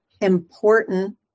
important